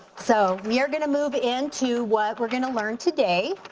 so we are gonna move into what we're gonna learn today.